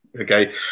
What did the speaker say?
Okay